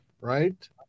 Right